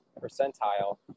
percentile